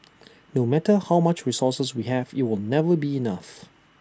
no matter how much resources we have IT will never be enough